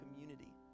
community